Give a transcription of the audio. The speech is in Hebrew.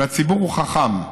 והציבור הוא חכם,